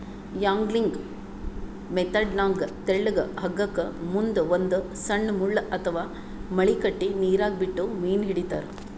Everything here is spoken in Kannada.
ಯಾಂಗ್ಲಿಂಗ್ ಮೆಥೆಡ್ನಾಗ್ ತೆಳ್ಳಗ್ ಹಗ್ಗಕ್ಕ್ ಮುಂದ್ ಒಂದ್ ಸಣ್ಣ್ ಮುಳ್ಳ ಅಥವಾ ಮಳಿ ಕಟ್ಟಿ ನೀರಾಗ ಬಿಟ್ಟು ಮೀನ್ ಹಿಡಿತಾರ್